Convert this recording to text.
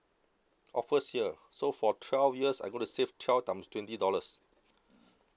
oh first year so for twelve years I'm going to save twelve times twenty dollars